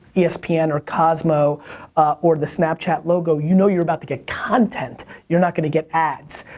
espn or cosmo or the snapchat logo you know you're about to get content. you're not gonna get ads.